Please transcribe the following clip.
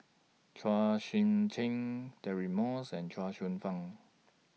Chua Sian Chin Deirdre Moss and Chuang Hsueh Fang